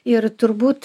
ir turbūt